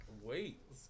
Wait